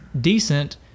decent